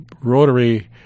Rotary